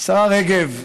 השרה רגב,